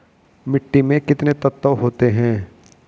मिट्टी में कितने तत्व होते हैं?